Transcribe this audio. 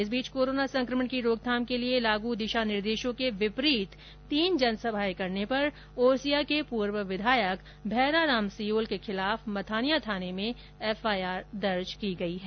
इस बीच कोरोना संक्रमण की रोकथाम के लिए लागू दिशा निर्देशों के विपरीत तीन जन सभाएं करने पर ओसियां के पूर्व विधायक भैराराम सियोल के खिलाफ मथानिया थाने में एफआइआर दर्ज की गई है